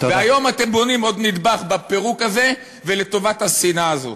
והיום אתם בונים עוד נדבך בפירוק הזה ולטובת השנאה הזאת.